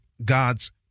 God's